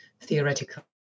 theoretical